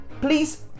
please